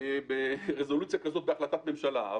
ברזולוציה כזאת בהחלטת ממשלה.